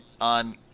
on